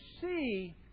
see